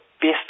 best